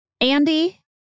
Andy